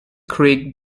creek